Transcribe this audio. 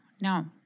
no